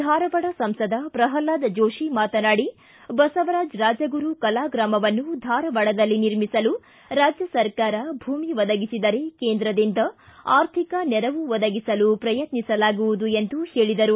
ಧಾರವಾಡ ಸಂಸದ ಪ್ರಹ್ಲಾದ ಜೋಷಿ ಮಾತನಾಡಿ ಬಸವರಾಜ ರಾಜಗುರು ಕಲಾಗ್ರಾಮವನ್ನು ಧಾರವಾಡದಲ್ಲಿ ನಿರ್ಮಿಸಲು ರಾಜ್ಯ ಸರಕಾರ ಭೂಮಿ ಒದಗಿಸಿದರೆ ಕೇಂದ್ರದಿಂದ ಆರ್ಥಿಕ ನೆರವು ಒದಗಿಸಲು ಪ್ರಯತ್ನಿಸಲಾಗುವುದು ಎಂದು ಹೇಳಿದರು